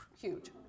huge